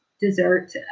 dessert